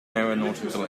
aeronautical